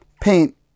Paint